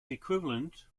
equivalent